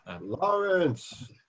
Lawrence